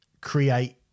create